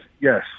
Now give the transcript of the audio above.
Yes